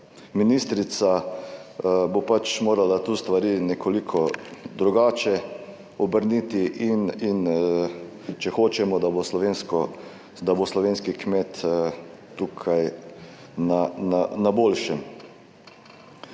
ministrica bo morala tu stvari nekoliko drugače obrniti in če hočemo, da bo slovenski kmet tukaj na boljšem,